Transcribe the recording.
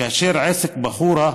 כאשר עסק בחורה,